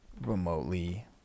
remotely